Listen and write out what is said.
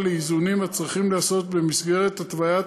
לאיזונים הצריכים להיעשות במסגרת התוויית